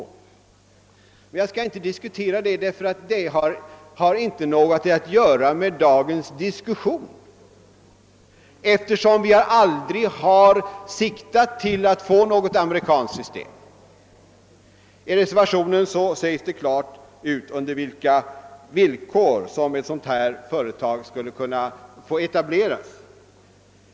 Jag skall emellertid som sagt inte diskutera detta, eftersom det inte har något att göra med dagens ärende. Vi 'har aldrig siktat till att få något amerikanskt system. I reservationen sägs det klart ut under vilka villkor ett reklamfinansierat TV-företag skulle kunna etableras.